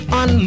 on